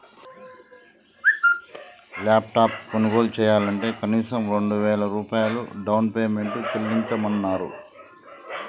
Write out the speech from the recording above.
laptop కొనుగోలు చెయ్యాలంటే కనీసం రెండు వేల రూపాయలు డౌన్ పేమెంట్ చెల్లించమన్నరు